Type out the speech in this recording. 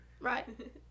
Right